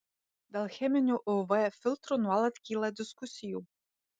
dėl cheminių uv filtrų nuolat kyla diskusijų